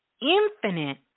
infinite